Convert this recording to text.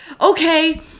okay